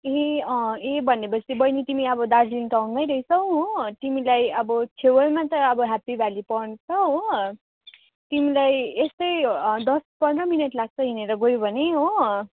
ए अँ ए भनेपछि बहिनी तिमी अब दार्जिलिङ टाउनमै रहेछौ हो तिमीलाई अब छेवैमा त हेप्पी भ्याली पनि छ हो तिमीलाई यस्तै दस पन्ध्र मिनट लाग्छ हिँडेर गयो भने हो